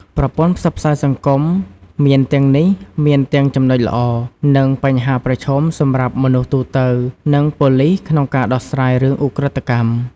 ប្រព័ន្ធផ្សព្វផ្សាយសង្គម មានទាំងនេះមានទាំង ចំណុចល្អ និង បញ្ហាប្រឈម សម្រាប់ មនុស្សទូទៅ និង ប៉ូលិស ក្នុងការដោះស្រាយរឿង ឧក្រិដ្ឋកម្ម។